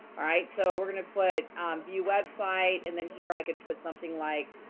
alright, so we're gonna put view website, and then here, i could put something like,